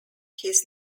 his